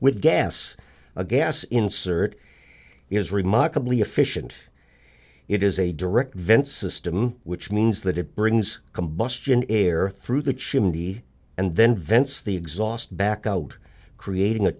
with gas a gas insert is remarkably efficient it has a direct vent system which means that it brings combustion air through the chimney and then vents the exhaust back out creating a